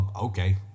Okay